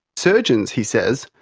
surgeons, he says,